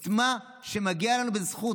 את מה שמגיע לנו בזכות.